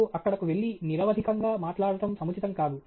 మీరు అక్కడకు వెళ్లి నిరవధికంగా మాట్లాడటం సముచితం కాదు